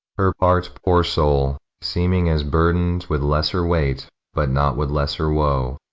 her part, poor soul, seeming as burdened with lesser weight, but not with lesser woe,